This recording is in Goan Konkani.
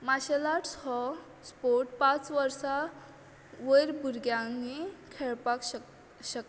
मार्शेल आर्टस हो स्पोर्ट पांच वर्सां वयर भुरग्यांनी खेळपाक शक शकता